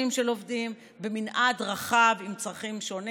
של עובדים במנעד רחב עם צרכים שונים.